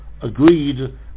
agreed